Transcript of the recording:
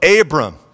Abram